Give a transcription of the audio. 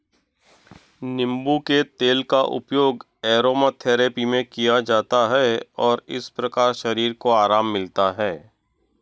नींबू के तेल का उपयोग अरोमाथेरेपी में किया जाता है और इस प्रकार शरीर को आराम मिलता है